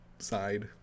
side